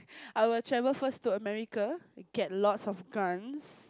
I will travel first to America get lots of guns